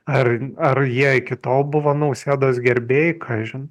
ar ar jie iki tol buvo nausėdos gerbėjai kažin